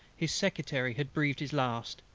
his secretary had breathed his last,